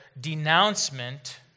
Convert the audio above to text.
denouncement